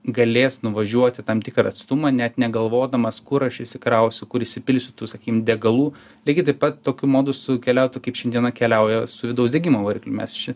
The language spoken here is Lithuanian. galės nuvažiuoti tam tikrą atstumą net negalvodamas kur aš įsikrausiu kur įsipilsiu tų sakykim degalų lygiai taip pat tokiu modusu keliautų kaip šiandieną keliauja su vidaus degimo varikliu mes čia